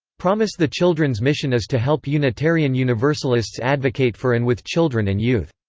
promise the children's mission is to help unitarian universalists advocate for and with children and youth.